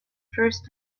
first